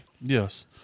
yes